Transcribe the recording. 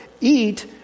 eat